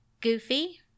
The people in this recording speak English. Goofy